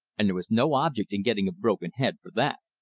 and there was no object in getting a broken head for that.